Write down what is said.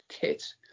kit